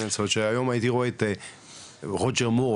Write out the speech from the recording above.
זאת אומרת שהיום הייתי רואה את רוג'ר מור,